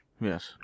Yes